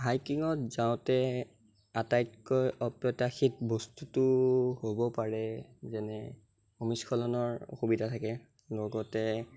হাইকিঙত যাওঁতে আটাইতকৈ অপ্ৰত্যাশিত বস্তুটো হ'ব পাৰে যেনে ভূমিস্খলনৰ অসুবিধা থাকে লগতে